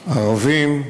ערבים,